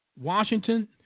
Washington